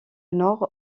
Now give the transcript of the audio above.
nord